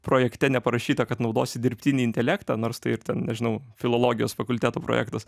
projekte neparašyta kad naudosi dirbtinį intelektą nors tai ir ten nežinau filologijos fakulteto projektas